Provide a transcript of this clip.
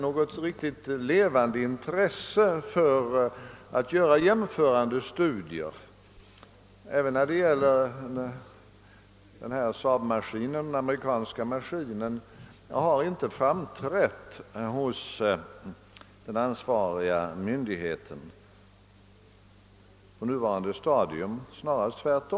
Något riktigt levande intresse för att göra jämförande studier ens mellan SAAB-maskinen och den amerikanska datamaskinen har inte på nuvarande stadium framträtt hos statskontoret såvitt jag vet.